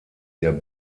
der